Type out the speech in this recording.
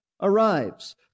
arrives